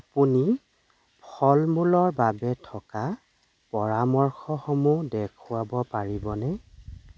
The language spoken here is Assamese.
আপুনি ফল মূলৰ বাবে থকা পৰামৰ্শসমূহ দেখুৱাব পাৰিবনে